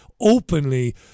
openly